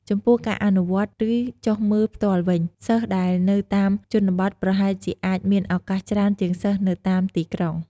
ចំពោះការអនុវត្ត ឬចុះមើលផ្ទាល់វិញ សិស្សដែលនៅតាមជនបទប្រហែលជាអាចមានឱកាសច្រើនជាងសិស្សនៅតាមទីក្រុង។